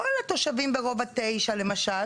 כל התושבים ברובע תשע למשל,